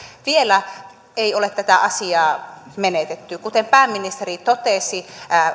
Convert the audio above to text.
vielä ei ole tätä asiaa menetetty kuten pääministeri totesi